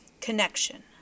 connection